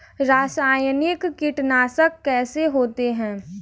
रासायनिक कीटनाशक कैसे होते हैं?